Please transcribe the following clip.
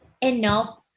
enough